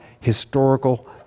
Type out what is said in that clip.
historical